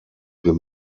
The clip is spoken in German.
wir